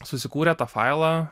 susikūrę tą failą